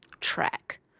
track